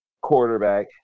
quarterback